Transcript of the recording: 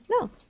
No